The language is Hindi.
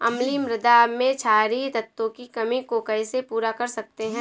अम्लीय मृदा में क्षारीए तत्वों की कमी को कैसे पूरा कर सकते हैं?